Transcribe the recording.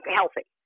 healthy